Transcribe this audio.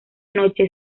noche